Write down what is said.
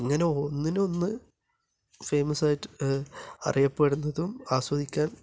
ഇങ്ങനെ ഒന്നിനൊന്ന് ഫേമസായിട്ട് അറിയപ്പെടുന്നതും ആസ്വദിക്കാൻ